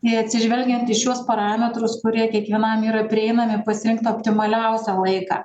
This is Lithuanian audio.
ir atsižvelgiant į šiuos parametrus kurie kiekvienam yra prieinami pasirinkt optimaliausią laiką